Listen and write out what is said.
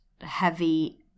heavy